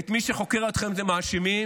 את מי שחוקר אתכם אתם מאשימים,